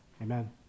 Amen